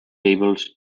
tables